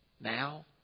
now